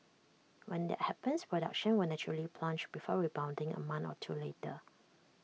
when that happens production will naturally plunge before rebounding A month or two later